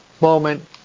moment